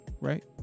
right